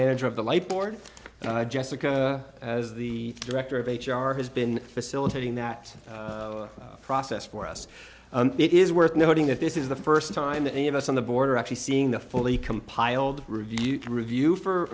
manager of the light board jessica as the director of h r has been facilitating that process for us and it is worth noting that this is the st time that any of us on the board are actually seeing the fully compiled reviewed review for